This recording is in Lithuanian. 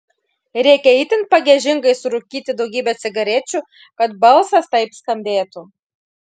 reikia itin pagiežingai surūkyti daugybę cigarečių kad balsas taip skambėtų